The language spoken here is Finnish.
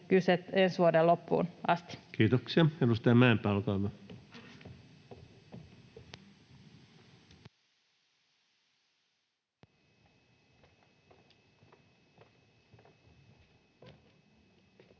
kyse, ensi vuoden loppuun asti. [Speech